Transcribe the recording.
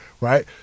Right